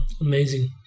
amazing